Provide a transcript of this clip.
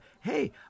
hey